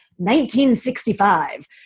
1965